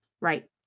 right